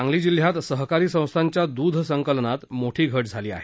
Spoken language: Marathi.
सांगली जिल्ह्यात सहकारी संस्थांच्या दूध संकलनात मोठी घट झाली आहे